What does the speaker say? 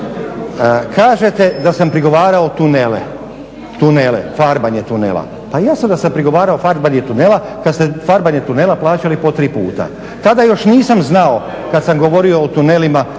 Kažete da sam prigovarao tunele, farbanje tunela. Pa jasno da sam prigovarao farbanje tunela kad ste farbanje tunela plaćali po tri puta. Tada još nisam znao, kad sam govorio o tunelima